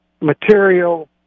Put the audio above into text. material